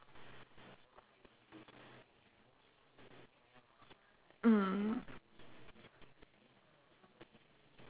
mm